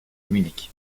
munich